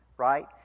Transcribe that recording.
Right